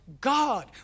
God